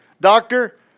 doctor